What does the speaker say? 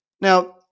Now